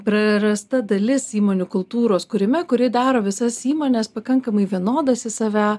prarasta dalis įmonių kultūros kūrime kuri daro visas įmones pakankamai vienodas į save